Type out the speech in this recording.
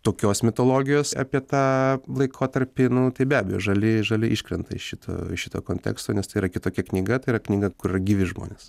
tokios mitologijos apie tą laikotarpį nu tai be abejo žali žali iškrenta iš šito šito konteksto nes tai yra kitokia knyga tai yra knyga kur yra gyvi žmonės